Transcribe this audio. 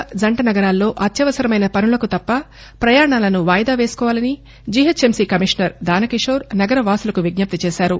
ఇలా ఉండగా జంట నగరాల్లో అత్యవసరమైన పనులకు తప్ప పయాణాలను వాయిదా వేసుకోవాలని జిహెచ్ఎంసి కమిషనర్ దానకిషోర్ నగర వాసులకు విజ్ఞప్తి చేశారు